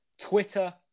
Twitter